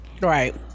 Right